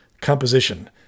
composition